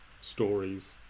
stories